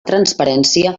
transparència